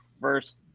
first